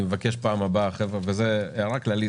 אני מבקש בפעם הבאה, וזו הערה כללית: